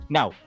Now